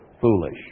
foolish